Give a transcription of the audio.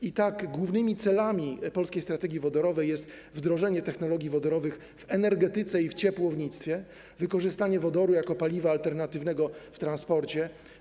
I tak głównymi celami polskiej strategii wodorowej są: wdrożenie technologii wodorowych w energetyce i w ciepłownictwie, wykorzystanie wodoru jako paliwa alternatywnego w transporcie.